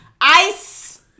Ice